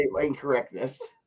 incorrectness